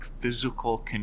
physical